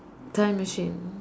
time machine